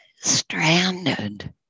stranded